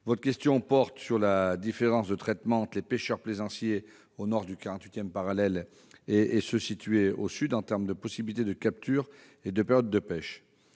Votre question porte sur la différence de traitement entre les pêcheurs plaisanciers au nord et au sud du 48 parallèle en termes de possibilités de captures et de périodes de pêche.